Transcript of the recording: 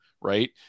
right